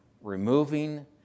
removing